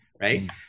right